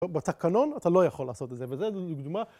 בתקנון אתה לא יכול לעשות את זה, וזה דוגמא.